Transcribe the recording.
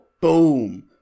BOOM